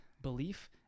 belief